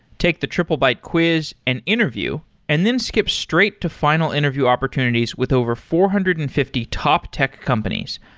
take the triplebyte quiz and interview and then skip straight to final interview opportunities with over four hundred and fifty top tech companies,